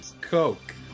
coke